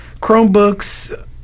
Chromebooks